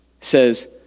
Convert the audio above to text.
says